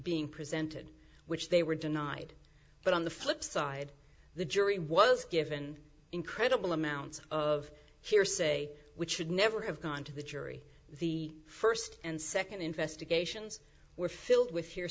being presented which they were denied but on the flip side the jury was given incredible amounts of hearsay which should never have gone to the jury the first and second investigations were filled with